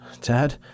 Dad